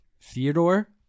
Theodore